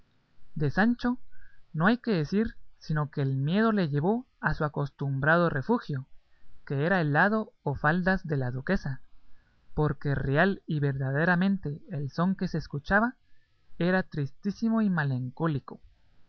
de sancho no hay que decir sino que el miedo le llevó a su acostumbrado refugio que era el lado o faldas de la duquesa porque real y verdaderamente el son que se escuchaba era tristísimo y